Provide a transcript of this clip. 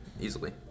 easily